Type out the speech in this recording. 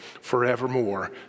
forevermore